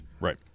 Right